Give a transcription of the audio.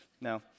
no